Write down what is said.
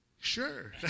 Sure